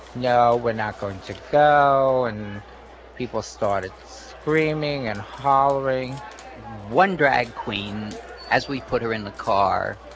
no, we're not going to go. and people started screaming and hollering one drag queen as we put her in the car,